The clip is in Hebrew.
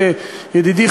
ידידי,